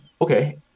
okay